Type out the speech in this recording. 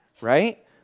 right